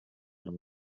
noch